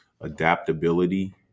adaptability